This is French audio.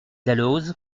dalloz